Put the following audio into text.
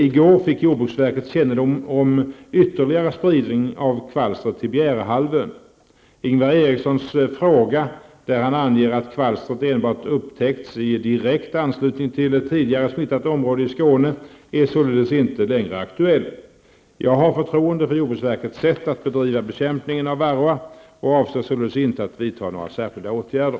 I går fick jordbruksverket kännedom om ytterligare spridning av kvalstret till Bjärehalvön. Ingvar Erikssons fråga där han anger att kvalstret upptäckts enbart i direkt anslutning till ett tidigare smittat område i Skåne är således inte längre aktuell. Jag har förtroende för jordbruksverkets sätt att bedriva bekämpningen av varroa och avser således inte att vidta några särskilda åtgärder.